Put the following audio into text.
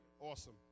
Awesome